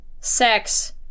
sex